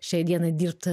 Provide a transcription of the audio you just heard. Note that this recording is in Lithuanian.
šiai dienai dirbt